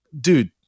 Dude